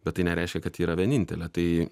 bet tai nereiškia kad ji yra vienintelė tai